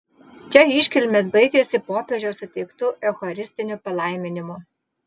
čia iškilmės baigėsi popiežiaus suteiktu eucharistiniu palaiminimu